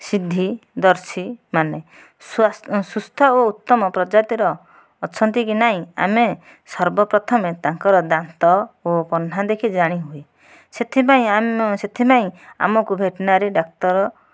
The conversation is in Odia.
ସିଦ୍ଧି ଜର୍ଶି ମାନେ ସୁସ୍ଥ ଓ ଉତ୍ତମ ପ୍ରଜାତିର ଅଛନ୍ତି କି ନାଇଁ ଆମେ ସର୍ବପ୍ରଥମେ ତାଙ୍କର ଦାନ୍ତ ଓ ପହ୍ନା ଦେଖି ଜାଣିହୁଏ ସେଥିପାଇଁ ସେଥିପାଇଁ ଆମକୁ ଭେଟିରନାରୀ ଡାକ୍ତର